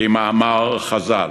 כמאמר חז"ל: